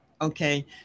okay